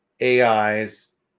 AI's